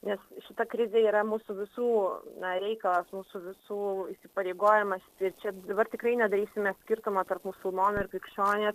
nes šita krizė yra mūsų visų na reikalas mūsų visų įsipareigojimas ir čia dabar tikrai nedarysime skirtumo tarp musulmonų ir krikščionys